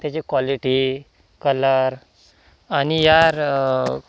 त्याचे quality colour आणि यार